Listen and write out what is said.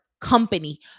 company